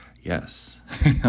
yes